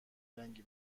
رنگی